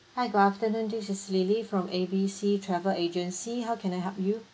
hi good afternoon this is lily from A B C travel agency how can I help you